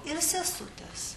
ir sesutės